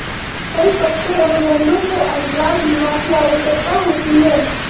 कई पट्टे अनुबंधों को अंतराल बीमा की आवश्यकता होती है